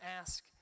ask